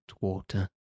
water